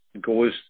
goes